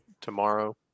tomorrow